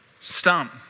stump